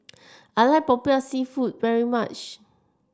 I like popiah seafood very much